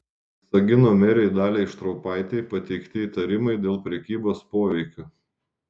visagino merei daliai štraupaitei pateikti įtarimai dėl prekybos poveikiu